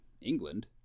England